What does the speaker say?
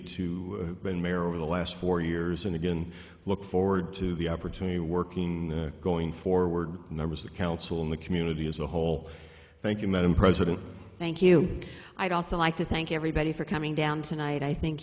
to have been mayor over the last four years and again look forward to the opportunity working going forward and there was a council in the community as a whole thank you madam president thank you i'd also like to thank everybody for coming down tonight i think